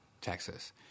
Texas